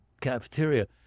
cafeteria